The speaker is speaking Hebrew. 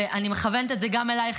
אני מכוונת את זה גם אלייך,